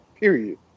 Period